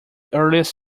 earliest